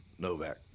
Novak